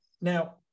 now